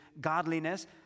godliness